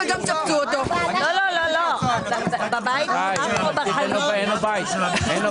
למה את לא